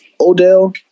Odell